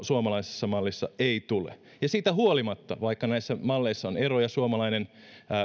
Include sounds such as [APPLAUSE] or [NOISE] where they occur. [UNINTELLIGIBLE] suomalaisessa mallissa ei tule siitä huolimatta vaikka näissä malleissa on eroja suomalainen